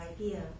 idea